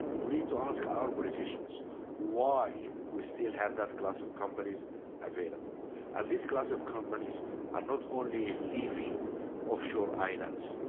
and we need to ask our politicians why we still have that class of companies available and this class of companies are not only in leafy offshore islands.